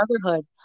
brotherhood